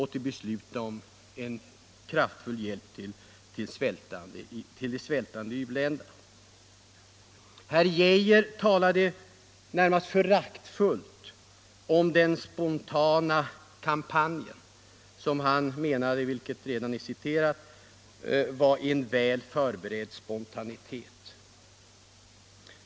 Herr Arne Geijer i Stockholm talade närmast föraktfullt om den spontana kampanjen som han menade vara exempel på en väl förberedd spontanitet.